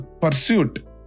pursuit